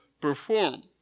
perform